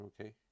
okay